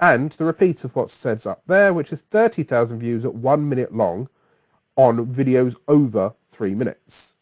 and the repeat of what sets up there, which is thirty thousand views at one minute long on videos over three minutes.